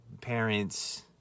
parents